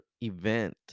event